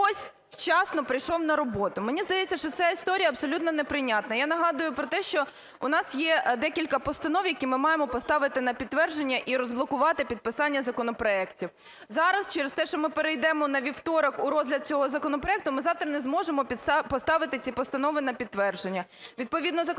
хтось вчасно прийшов на роботу. Мені здається, що ця історія абсолютно неприйнятна. Я нагадую про те, що у нас є декілька постанов, які ми маємо поставити на підтвердження і розблокувати підписання законопроектів. Зараз через те, що ми перейдемо на вівторок у розгляд цього законопроекту, ми завтра не зможемо поставити ці постанови на підтвердження.